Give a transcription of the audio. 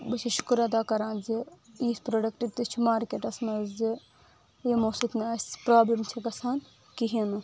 بہٕ چھس شُکر ادا کران زِ یتھ پروڈیٚکٹ تہِ چھِ مارکیٚٹس منٛز زِ یمو سۭتۍ نہ أسہِ پرابلم چھِ گژھان کہینۍ نہٕ